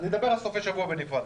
אדבר על סופי שבוע בנפרד.